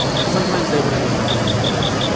and sometimes they wouldn't even bring her that.